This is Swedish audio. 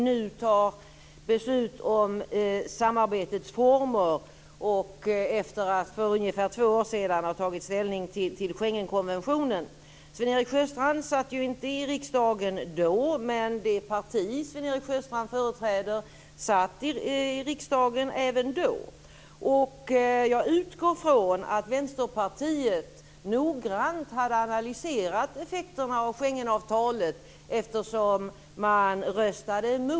Fru talman! Jag skulle vilja kommentera Sven Erik Sjöstrands påstående om det odemokratiska i att vi nu fattar beslut om samarbetets former efter att för ungefär två år sedan ha tagit ställning Schengenkonventionen. Sven-Erik Sjöstrand satt inte i riksdagen då, men det parti han företräder satt i riksdagen även då. Jag utgår från att Vänsterpartiet noggrant hade analyserat effekterna av Schengenavtalet, eftersom man röstade emot.